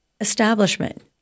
establishment